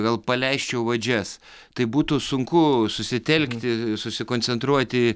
gal paleisčiau vadžias tai būtų sunku susitelkti susikoncentruoti